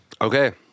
Okay